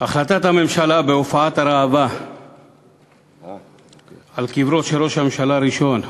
החלטת הממשלה בהופעת הראווה על קברו של ראש הממשלה הראשון,